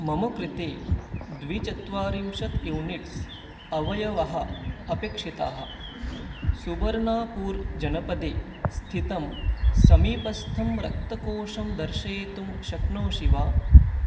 मम कृते द्विचत्वारिंशत् यूनिट्स् अवयवाः अपेक्षिताः सुवर्नापूर् जनपदे स्थितं समीपस्थं रक्तकोषं दर्शयितुं शक्नोषि वा